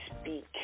speak